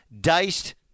Diced